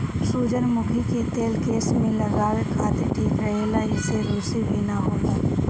सुजरमुखी के तेल केस में लगावे खातिर ठीक रहेला एसे रुसी भी ना होला